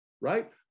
right